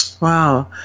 Wow